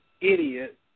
idiot